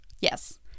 Yes